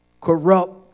Corrupt